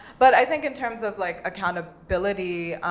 but i think in terms of like accountability,